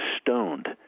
stoned